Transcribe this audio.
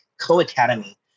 co-academy